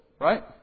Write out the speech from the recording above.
right